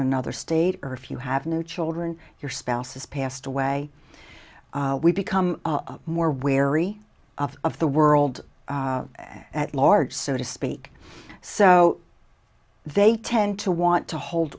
another state or if you have new children your spouse has passed away we become more wary of of the world at large so to speak so they tend to want to hold